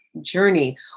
journey